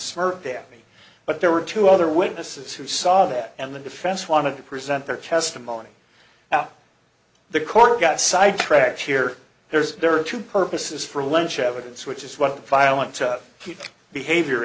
there but there were two other witnesses who saw that and the defense wanted to present their testimony out the court got sidetracked here there's there are two purposes for lunch evidence which is what violent heat behavior